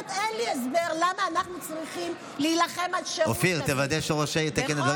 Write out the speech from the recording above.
שטרן: אני צריך לבקש נדבות ממשלות ישראל?